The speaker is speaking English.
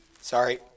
Sorry